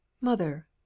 mother